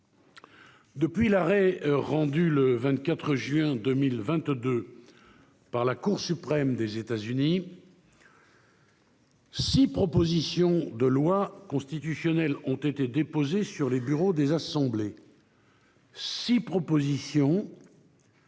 Depuis l'arrêt rendu le 24 juin 2022 par la Cour suprême des États-Unis, six propositions de loi constitutionnelle ont été déposées sur les bureaux des assemblées. Six propositions,